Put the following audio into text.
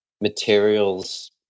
materials